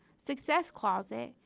success closet,